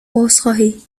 عذرخواهی